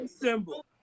symbol